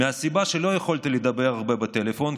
מהסיבה שלא יכולתי לדבר הרבה בטלפון,